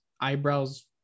eyebrows